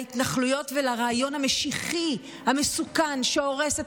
להתנחלויות ולרעיון המשיחי המסוכן שהורס את